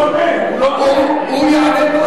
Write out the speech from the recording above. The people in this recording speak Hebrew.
הוא לא עונה.